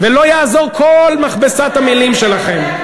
ולא תעזור כל מכבסת המילים שלכם.